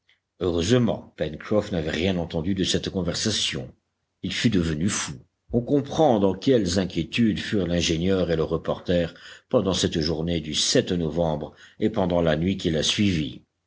heureusement pencroff n'avait rien entendu de cette conversation il fût devenu fou on comprend dans quelles inquiétudes furent l'ingénieur et le reporter pendant cette journée du novembre et pendant la nuit qui la suivit